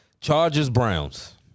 Chargers-Browns